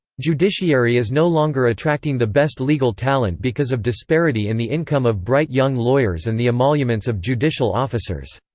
judiciary is no longer attracting the best legal talent because of disparity in the income of bright young lawyers and the emoluments of judicial officers.